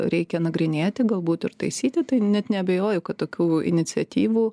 reikia nagrinėti galbūt ir taisyti tai net neabejoju kad tokių iniciatyvų